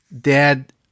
dad